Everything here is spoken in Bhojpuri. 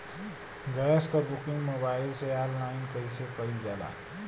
गैस क बुकिंग मोबाइल से ऑनलाइन कईसे कईल जाला?